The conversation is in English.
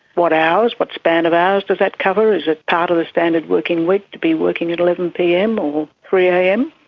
what hours, what span of hours does that cover, is it part of the standard working week to be working at eleven pm or three am?